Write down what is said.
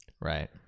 Right